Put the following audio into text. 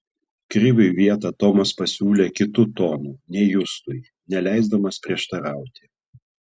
krivui vietą tomas pasiūlė kitu tonu nei justui neleisdamas prieštarauti